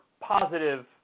positive